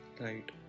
Right